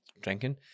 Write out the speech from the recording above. drinking